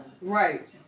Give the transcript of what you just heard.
Right